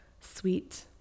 sweet